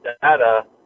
data